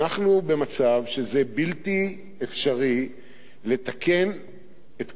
אנחנו במצב שבלתי אפשרי לתקן את כל